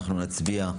אנחנו נצביע,